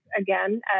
again